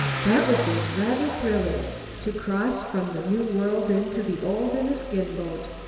that would be rather thrilling to cross from the new world into the old in a skin-boat.